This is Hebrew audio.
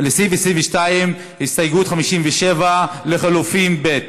22, הסתייגות 57, לחלופין (ב).